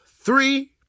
three